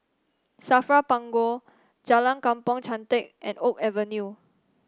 Safra Punggol Jalan Kampong Chantek and Oak Avenue